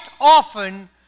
often